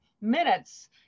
minutes